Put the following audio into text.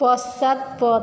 পশ্চাৎপদ